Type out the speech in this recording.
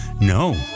No